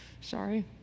Sorry